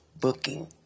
booking